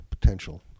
potential